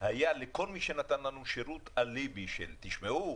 היה לכל מי שנתן לנו שירות אליבי של תשמעו,